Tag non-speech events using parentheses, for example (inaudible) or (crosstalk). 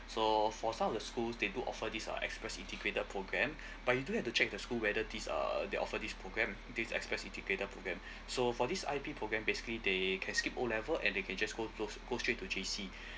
so for some of the schools they do offer this uh express integrated program (breath) but you do have to check the school whether this uh they offer this program this express integrated program so for this I_P program basically they can skip O level and they can just go s~ go straight to J_C